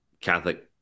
catholic